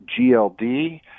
GLD